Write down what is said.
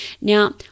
Now